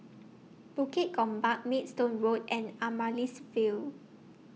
Bukit Gombak Maidstone Road and Amaryllis Ville